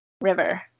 river